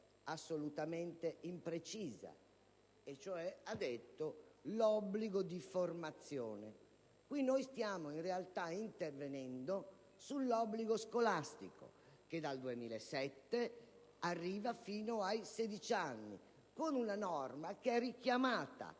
assolutamente imprecisa, parlando di obbligo di formazione: qui stiamo, in realtà, intervenendo sull'obbligo scolastico, che dal 2007 è stato esteso fino a 16 anni con una norma che è richiamata